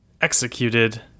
executed